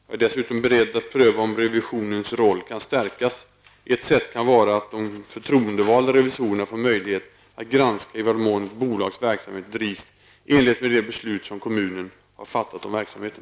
Jag är dessutom beredd att pröva om revisionens roll kan stärkas. Ett sätt kan vara att de förtroendevalda revisorerna får möjlighet att granska i vad mån ett bolags verksamhet drivs i enlighet med de beslut som kommunen har fattat om verksamheten.